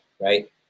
right